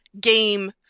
game